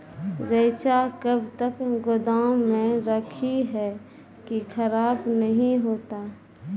रईचा कब तक गोदाम मे रखी है की खराब नहीं होता?